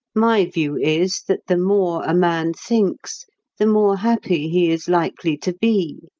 my view is that the more a man thinks the more happy he is likely to be.